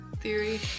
theory